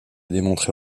démontré